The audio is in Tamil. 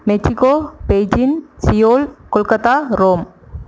Mexico Beijing Seoul Kolkata Rome